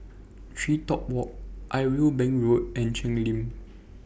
TreeTop Walk Irwell Bank Road and Cheng Lim